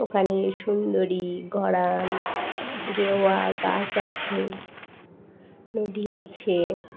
ওখানে সুন্দরী গরান গেওয়া গাছ আছে নদী আছে